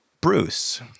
Bruce